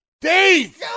Dave